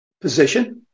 position